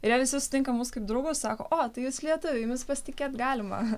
ir jie visi sutinka mus kaip draugus sako o tai jūs lietuviai jumis pasitikėt galima